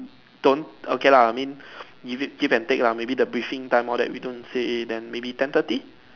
don't okay lah mean give it give and take lah maybe the briefing time all that we don't say then maybe ten thirty